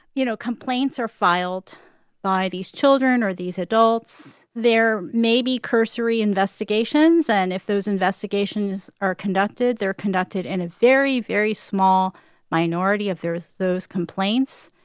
you know, complaints are filed by these children or these adults, there may be cursory investigations. and if those investigations are conducted, they're conducted in a very, very small minority if there's those complaints.